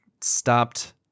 stopped